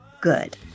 good